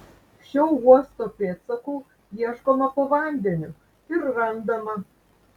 šio uosto pėdsakų ieškoma po vandeniu ir randama